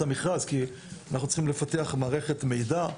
המכרז: אנחנו צריכים לפתח מערכת מידע.